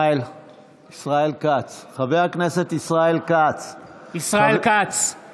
נגד רון כץ, נגד